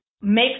make